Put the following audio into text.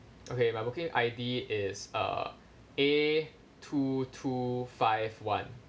okay my booking I_D is err A two two five one